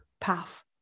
path